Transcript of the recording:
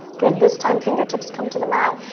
good, this time, fingertips come to the mat.